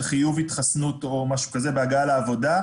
חיוב התחסנות או משהו כזה בהגעה לעבודה,